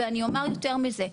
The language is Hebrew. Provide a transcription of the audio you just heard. אני אומר יותר מזה,